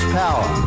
power